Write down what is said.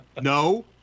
no